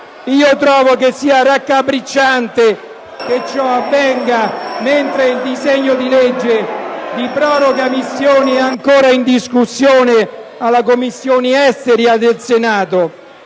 Io trovo che sia raccapricciante che ciò avvenga mentre il disegno di legge di proroga delle missioni è ancora in discussione davanti alle Commissioni riunite